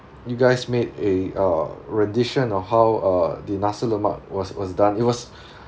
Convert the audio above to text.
you guys made a uh rendition of how uh the nasi lemak was was done it was